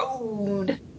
road